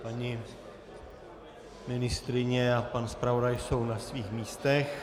Paní ministryně a pan zpravodaj jsou na svých místech.